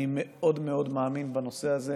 אני מאוד מאוד מאמין בנושא הזה.